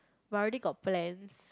but I already got plans